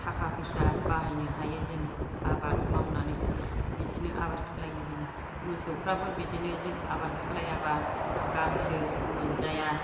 थाखा फैसा बाहायनो हायो जों आबाद मावनानै बिदिनो आबार खालामो जों मोसौफ्राबो बिदिनो जों आबार खालामोबा गांसो मोनजाया